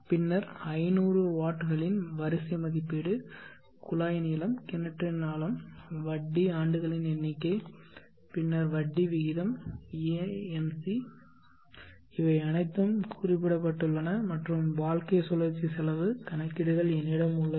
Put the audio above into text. பின்னர் 500 வாட்களின் வரிசை மதிப்பீடு குழாய் நீளம் கிணற்றின் ஆழம் வட்டி ஆண்டுகளின் எண்ணிக்கை பின்னர் வட்டி விகிதம் ஏஎம்சி இவை அனைத்தும் குறிப்பிடப்பட்டுள்ளன மற்றும் வாழ்க்கை சுழற்சி செலவு கணக்கீடுகள் என்னிடம் உள்ளது